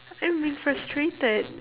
I'm being frustrated